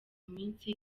minsi